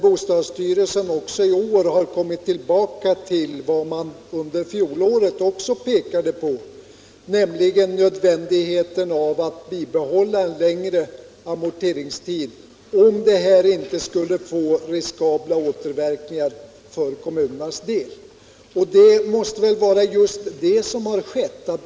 Bostadsstyrelsen har i år liksom i fjol pekat på nödvändigheten av att bibehålla en längre amorteringstid, för att det inte skall bli negativa återverkningar för kommunernas del. Det måste väl vara just vad som skett.